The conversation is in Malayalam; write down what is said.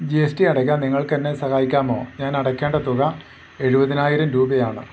ജി എസ് ടി അടയ്ക്കാൻ നിങ്ങൾക്ക് എന്നെ സഹായിക്കാമോ ഞാൻ അടയ്ക്കേണ്ട തുക എഴുപതിനായിരം രൂപയാണ്